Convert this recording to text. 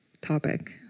topic